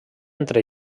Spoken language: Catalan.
entre